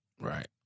Right